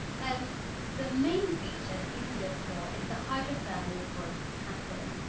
and the main feature that we can look for is the hydrothermal growth pattern,